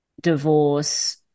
divorce